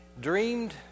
dreamed